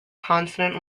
consonant